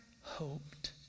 hoped